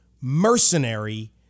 mercenary